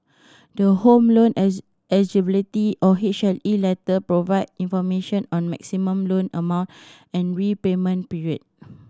the Home Loan Eligibility or H L E letter provide information on maximum loan amount and repayment period